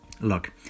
look